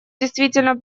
действительно